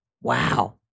Wow